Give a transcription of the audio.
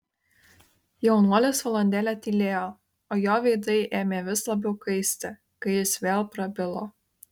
jaunuolis valandėlę tylėjo o jo veidai ėmė vis labiau kaisti kai jis vėl prabilo